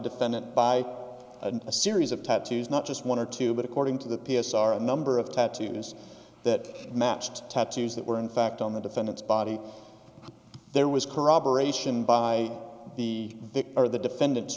defendant by a series of tattoos not just one or two but according to the p s are a number of tattoos that matched tattoos that were in fact on the defendant's body there was corroboration by the victim or the defendant's